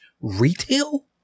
retail